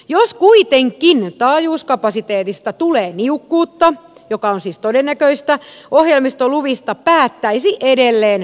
jos kuitenkin taajuuskapasiteetista tulee niukkuutta mikä on siis todennäköistä ohjelmistoluvista päättäisi edelleen valtioneuvosto